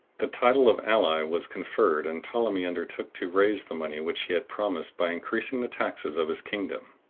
the title of ally was conferred, and ptolemy undertook to raise the money which he had promised by increasing the taxes of his kingdom.